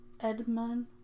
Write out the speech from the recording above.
Edmund